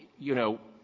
you know,